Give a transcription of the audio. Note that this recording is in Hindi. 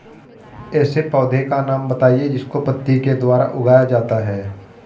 ऐसे पौधे का नाम बताइए जिसको पत्ती के द्वारा उगाया जाता है